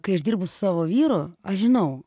kai aš dirbu su savo vyru aš žinau